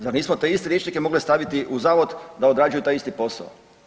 Zar nismo te iste liječnike mogli staviti u zavod da odrađuju taj isti posao?